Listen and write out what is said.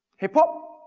hip hop?